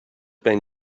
been